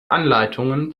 anleitungen